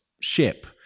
ship